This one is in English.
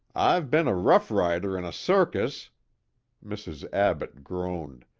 i've been a rough-rider in a circus mrs. abbott groaned,